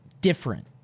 different